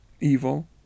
evil